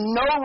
no